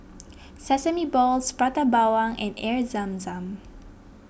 Sesame Balls Prata Bawang and Air Zam Zam